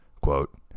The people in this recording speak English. quote